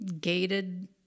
gated